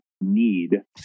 need